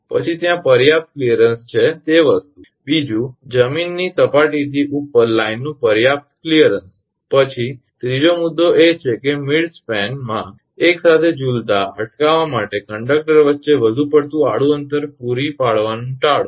પછી ત્યાં પર્યાપ્ત ક્લિયરન્સ છે તે વસ્તુ બીજુ જમીનની સપાટીથી ઉપર લાઇનનું પર્યાપ્ત ક્લિયરન્સ પછી ત્રીજો મુદ્દો એ છે કે મિડસ્પેનમાં એક સાથે ઝૂલતા અટકાવવા માટે કંડક્ટર વચ્ચે વધુ પડતું આડુ અંતર પૂરી પાડવાનું ટાળો